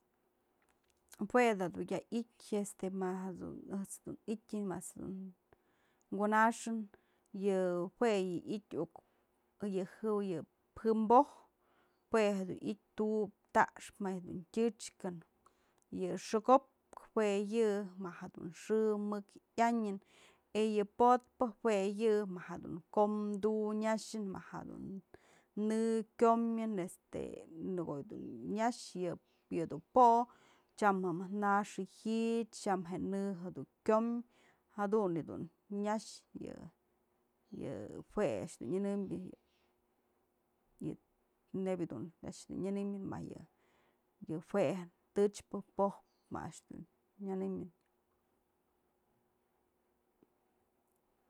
Jue da dun ya i'ityë este ma jedun ëjt's dun i'ityën më ëjt's dun kunaxën, yë jue yë i'ityë iukë, yë jën po'oj, jue dun i'ityë tu'ubë tax ma jedun tyëch kën, yë xëko'pkë jue yë ma jedun xë mëk yanyëny yë po'otpë jue yë ma jedun kom du'u nyaxën ma jadun në kyomën este në ko'o dun nyax yëdun po'o tyam mëjk je'e nax jyëch, tyam je'e në jedun kyom, jadun yë dun nyax, yë jue a'ax dun nyënëmbyë, yë nebya dun a'ax dun nyënëmyë ma yë jue, tëchpë, pojpë ma a'ax dun nyënëmyën.